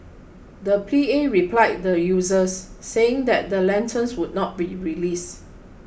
the P A replied the users saying that the lanterns would not be released